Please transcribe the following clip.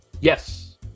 Yes